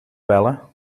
bellen